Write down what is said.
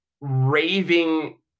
raving